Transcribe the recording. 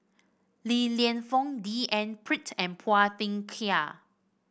Li Lienfung D N Pritt and Phua Thin Kiay